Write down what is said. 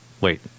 wait